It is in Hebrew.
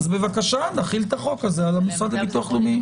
בבקשה נחיל את החוק הזה על המוסד לביטוח לאומי.